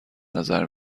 نظر